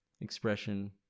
expression